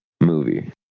movie